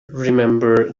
remember